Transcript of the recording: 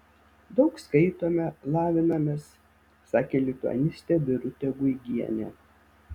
daug skaitome lavinamės sakė lituanistė birutė guigienė